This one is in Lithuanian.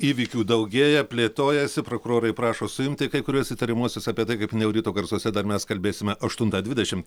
įvykių daugėja plėtojasi prokurorai prašo suimti kai kuriuos įtariamuosius apie tai kaip minėjau ryto garsuose dar mes kalbėsime aštuntą dvidešimt